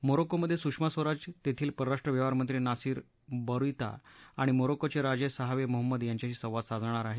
मोरोक्कोमध्ये सुषमा स्वराज तेथील परराष्ट्र व्यवहारमंत्री नासीर बौरीता आणि मोरोक्कोचे राजे सहावे मोहम्मद यांच्याशी संवाद साधणार आहेत